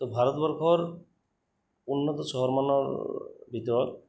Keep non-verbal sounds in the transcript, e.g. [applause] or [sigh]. তো ভাৰতবৰ্ষৰ উন্নত [unintelligible] ভিতৰত